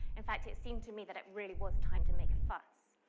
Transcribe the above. in fact, it seemed to me that it really was time to make a fuss.